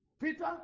Peter